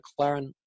McLaren